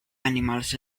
animals